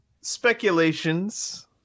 speculations